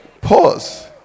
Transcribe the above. Pause